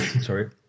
Sorry